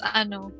ano